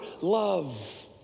love